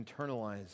internalize